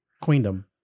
queendom